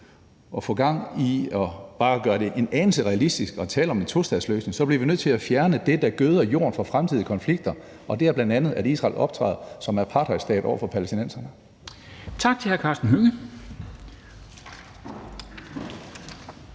og få gang i at gøre det bare en anelse realistisk at tale om en tostatsløsning, så bliver vi nødt til at fjerne det, der gøder jorden for fremtidige konflikter, og det er bl.a., at Israel optræder som apartheidstat over for palæstinenserne.